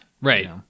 Right